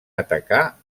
atacar